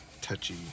Touchy